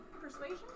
Persuasion